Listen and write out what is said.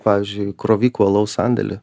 pavyzdžiui kroviku alaus sandėly